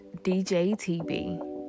DJTB